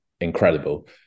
incredible